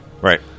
right